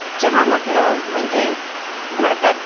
चहा म्हटलं म्हणजे भारतात